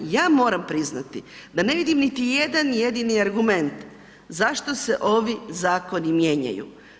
Ja moram priznati da ne vidim niti jedan jedini argument zašto se ovi zakoni mijenjaju.